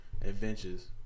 adventures